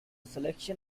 selection